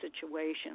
situations